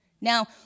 Now